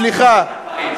על הדברים,